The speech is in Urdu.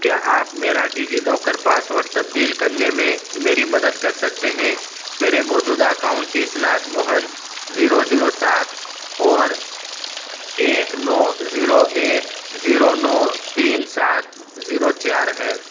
کیا آپ میرا ڈیجیلاکر پاس ورڈ تبدیل کرنے میں میری مدد کر سکتے ہیں میرے موجودہ اکاؤنٹ کی اسناد موہن زیرو زیرو سات اور ایک نو زیرو ایک زیرو نو تین سات زیرو چار ہے